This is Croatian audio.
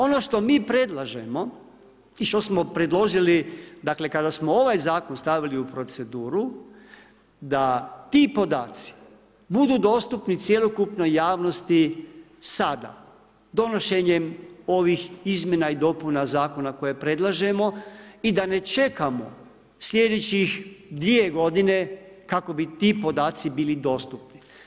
Ono što mi predlažemo i što smo predložili dakle kada smo ovaj zakon stavili u proceduru da ti podaci budu dostupni cjelokupnoj javnosti sada, donošenjem ovih izmjena i dopuna zakona koje predlažemo i da ne čekamo sljedećih dvije godine kako bi ti podaci bili dostupni.